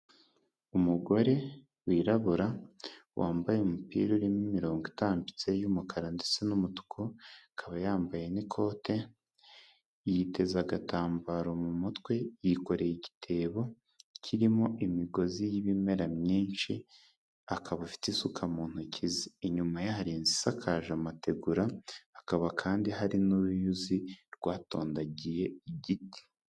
Umugore wirabura wambaye umupira urimo imirongo itambitse y'umukara ndetse n'umutuku, akaba yambaye n'ikote, yiteza agatambaro mu mutwe. yikoreye igitebo kirimo imigozi y'ibimera myinshi, akaba afite isuka mu ntoki, inyuma ye hari inzu isakaje amategura hakaba kandi hari n'uruyuzi rwatondagiye igiti.